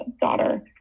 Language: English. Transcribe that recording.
daughter